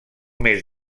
més